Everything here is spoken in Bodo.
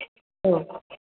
औ